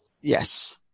yes